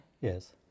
Yes